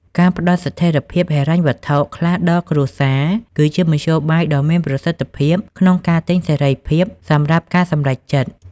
ការផ្តល់ "ស្ថិរភាពហិរញ្ញវត្ថុ" ខ្លះដល់គ្រួសារ គឺជាមធ្យោបាយដ៏មានប្រសិទ្ធភាពក្នុងការទិញ "សេរីភាព" សម្រាប់ការសម្រេចចិត្ត។